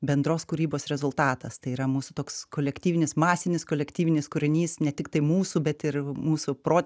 bendros kūrybos rezultatas tai yra mūsų toks kolektyvinis masinis kolektyvinis kūrinys ne tiktai mūsų bet ir mūsų pro